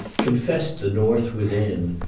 confessed the north within.